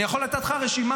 אני יכול לתת לך רשימה.